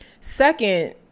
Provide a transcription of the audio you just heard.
Second